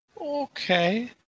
Okay